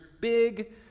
big